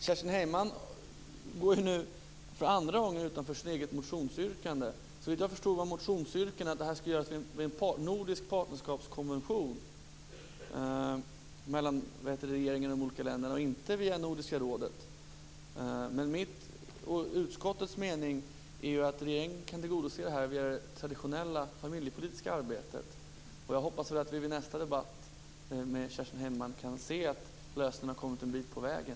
Herr talman! Kerstin Heinemann går nu för andra gången utanför sitt eget motionsyrkande. Såvitt jag förstod av motionsyrkandet skulle det här göras via en nordisk partnerskapskonvention mellan regeringarna i de olika länderna och inte via Nordiska rådet. Men min och utskottets mening är att regeringen kan tillgodose det här genom det traditionella familjepolitiska arbetet. Jag hoppas att vi vid nästa debatt med Kerstin Heinemann kan se att lösningen har kommit en bit på vägen.